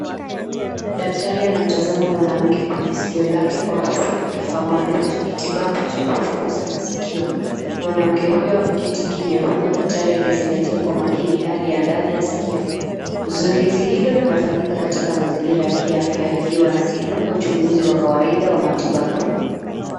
Daktari anamtazama mwanamke kwenye sikio lake kwa kutumia kifaa maalum cha kitibabu cha kuchunguza masikio, mwanamke huyu ameketi kimya huku daktari akizingatia kwa makini hali ya ndani ya sikio. Zoezi hilo linafanyika katika mazingira ya kiafya likiwa na sehemu wa uchunguzi wa kawaida wa matibabu.